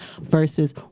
Versus